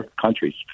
countries